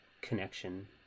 connection